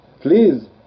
Please